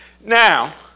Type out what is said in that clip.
Now